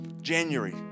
January